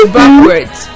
backwards